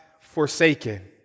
forsaken